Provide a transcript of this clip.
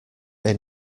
they